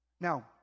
Now